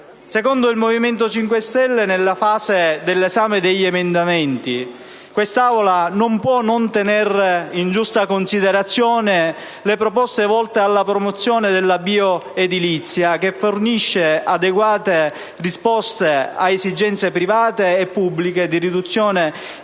Secondo il Movimento 5 Stelle nella fase dell'esame degli emendamenti, quest'Assemblea non può non tenere in giusta considerazione le proposte volte alla promozione della bioedilizia, che fornisce adeguate risposte a esigenze private e pubbliche di riduzione